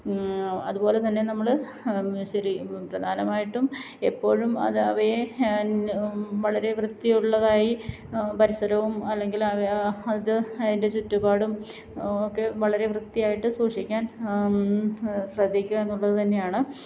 അതുപോലെ തന്നെ നമ്മൾ ശരി പ്രധാനമായിട്ടും എപ്പോഴും അത് അവയെ വളരെ വൃത്തിയുള്ളതായി പരിസരവും അല്ലെങ്കിൽ അവ അത് അതിൻ്റെ ചുറ്റുപാടും ഒക്കെ വളരെ വൃത്തിയായിട്ട് സൂക്ഷിക്കാൻ ശ്രദ്ധിക്കുക എന്നുള്ളത് തന്നെയാണ്